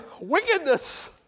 wickedness